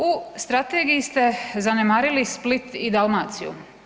U strategiji ste zanemarili Split i Dalmaciju.